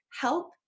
help